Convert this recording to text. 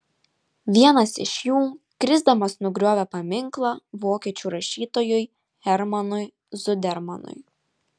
vienas iš jų krisdamas nugriovė paminklą vokiečių rašytojui hermanui zudermanui